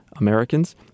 Americans